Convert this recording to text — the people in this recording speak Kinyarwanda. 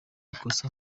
ikosa